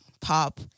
pop